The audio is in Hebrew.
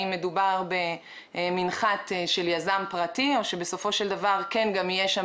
האם מדובר במנחת של יזם פרטי או שבסופו של דבר יהיה שם גם